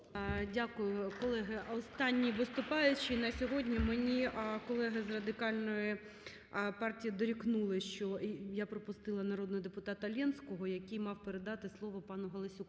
Дякую. Колеги, останній виступаючий на сьогодні. Мені колеги з Радикальної партії дорікнули, що я пропустила народного депутата Ленського, який мав передати слово пану Галасюку.